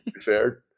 Fair